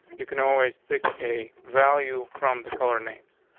you can always pick a value from the color names.